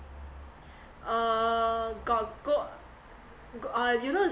uh got go go uh you know